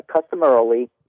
customarily